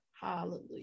hallelujah